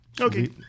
Okay